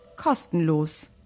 kostenlos